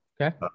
Okay